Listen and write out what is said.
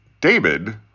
David